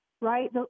right